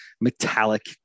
metallic